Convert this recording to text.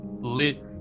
lit